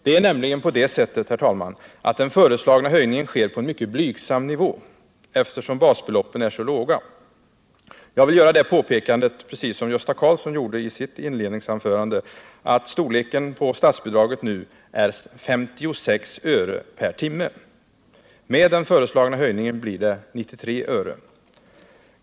Det är nämligen på det sättet, herr talman, att den föreslagna höjningen sker på en mycket blygsam nivå, eftersom basbeloppen är så låga. Jag vill göra det påpekandet, precis som Gösta Karlsson gjorde i sitt inledningsanförande, att storleken på statsbidraget nu är 56 öre per timme. Med den föreslagna höjningen blir det 93 öre.